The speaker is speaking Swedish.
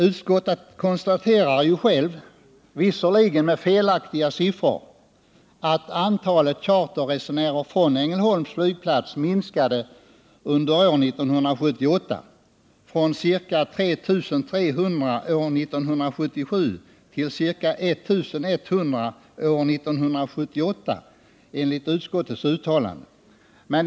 Utskottet konstaterar självt att antalet charterresenärer från Ängelholms flygplats minskade under år 1978 från ca 3 300 år 1977 till ca 3 100 år 1978. Utskottet har här redovisat felaktiga siffror.